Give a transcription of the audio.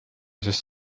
sest